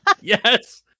Yes